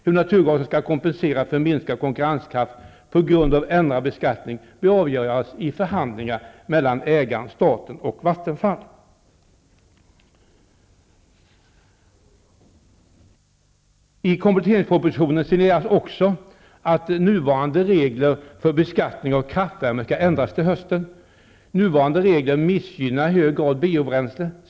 Hur naturgasen skall kompenseras för minskad konkurrenskraft på grund av ändrad beskattning bör avgöras i förhandlingar mellan ägaren, staten och Vattenfall AB.'' I kompletteringspropositionen signaleras också att nuvarande regler för beskattning av kraftvärme skall ändras till hösten. Nuvarande regler missgynnar i hög grad biobränslen.